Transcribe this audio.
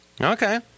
Okay